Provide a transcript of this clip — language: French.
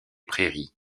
prairies